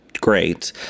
great